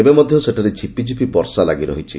ଏବେ ମଧ୍ଧ ସେଠାରେ ଝିପିଝିପି ବର୍ଷା ଲାଗିରହିଛି